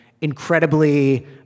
incredibly